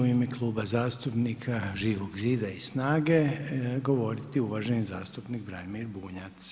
U ime Kluba zastupnika Živog zida i SNAGA-e govoriti uvaženi zastupnik Branimir Bunjac.